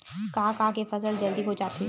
का का के फसल जल्दी हो जाथे?